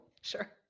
sure